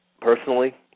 personally